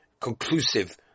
conclusive